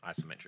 isometric